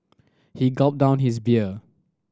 he gulped down his beer